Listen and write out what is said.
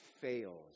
fails